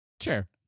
sure